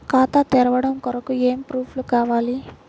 ఖాతా తెరవడం కొరకు ఏమి ప్రూఫ్లు కావాలి?